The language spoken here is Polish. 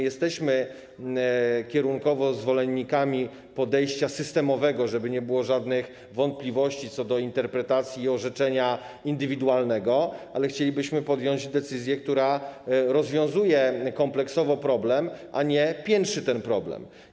Jesteśmy kierunkowo zwolennikami podejścia systemowego, żeby nie było żadnych wątpliwości co do interpretacji orzeczenia indywidualnego, ale chcielibyśmy podjąć decyzję, która byłaby rozwiązaniem kompleksowym, a nie piętrzyła problemy.